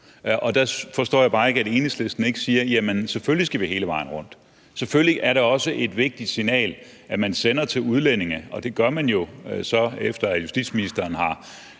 Og der forstår jeg bare ikke, at Enhedslisten ikke siger, at selvfølgelig skal vi hele vejen rundt, og at det selvfølgelig også er et vigtigt signal, der sendes til udlændinge, hvilket man så gør, efter at justitsministeren har